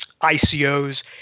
ICOs